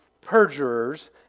perjurers